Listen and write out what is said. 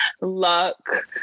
luck